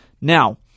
Now